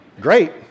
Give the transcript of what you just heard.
great